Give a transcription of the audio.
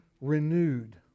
renewed